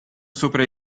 sopra